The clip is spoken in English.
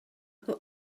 who